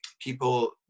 people